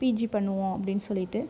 PG பண்ணுவோம் அப்படின் சொல்லிவிட்டு